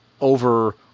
over